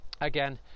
again